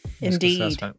Indeed